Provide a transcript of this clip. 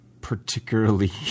particularly